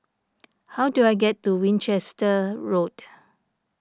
how do I get to Winchester Road